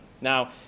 Now